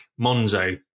Monzo